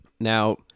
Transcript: Now